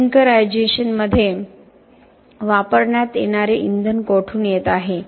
क्लिंकरायझेशनमध्ये वापरण्यात येणारे इंधन कोठून येत आहे